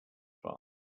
france